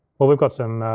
well we've got some,